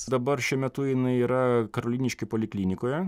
dabar šiuo metu jinai yra karoliniškių poliklinikoje